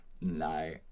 No